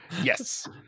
Yes